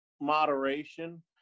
moderation